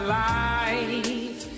life